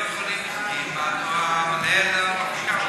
מנהל המחלקה,